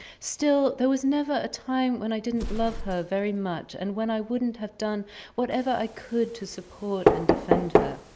still, there was never a time when i didn't love her very much and when i wouldn't have done whatever i could to support and defend her.